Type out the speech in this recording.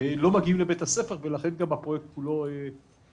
לא מגיעים לבית הספר ולכן גם הפרויקט כולו התייבש.